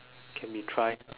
can we try